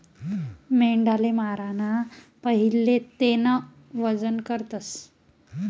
मेंढाले माराना पहिले तेनं वजन करतस